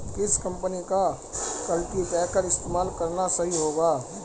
किस कंपनी का कल्टीपैकर इस्तेमाल करना सही होगा?